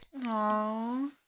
Aww